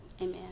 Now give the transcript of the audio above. Amen